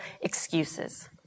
excuses